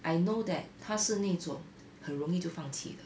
I know that 她是那那种很容易就放弃的